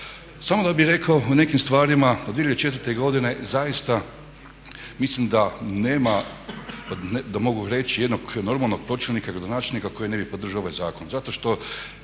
Samo bih rekao o nekim stvarima, od 2004. godine zaista mislim da nema, da mogu reći, jednog normalnog pročelnika, gradonačelnika koji ne bi podržao ovaj zakon